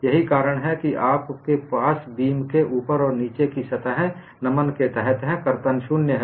यही कारण है कि आपके पास बीम के ऊपर और नीचे की सतहें नमन के तहत है कर्तन शून्य है